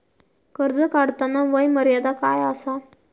कर्ज काढताना वय मर्यादा काय आसा?